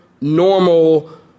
normal